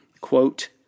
Quote